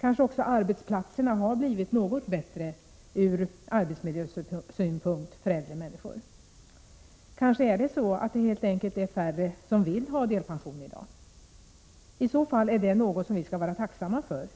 Kanske också arbetsplatserna har blivit något bättre från arbetsmiljösynpunkt för äldre människor. Kanske är det så att det helt enkelt är färre som vill ha delpension i dag. I så fall är detta något vi skall vara tacksamma för.